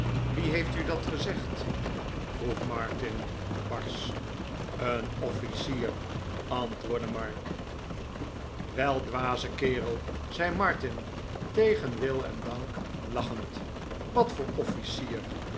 wie heeft u dat gezegd vroeg martin barsch een off icier antwoordde mark r wel dwaze kerel zei martin tegen wil en dank lachend wat voor